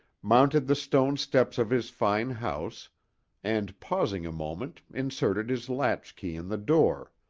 mounted the stone steps of his fine house and pausing a moment inserted his latchkey in the door.